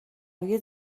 روی